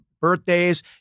birthdays